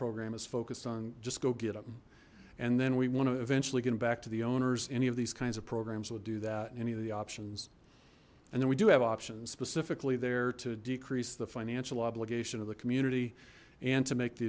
program is focused on just go get them and then we want to eventually get back to the owners any of these kinds of programs will do that any of the options and then we do have options specifically there to decrease the financial obligation of the community and to make the